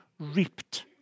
reaped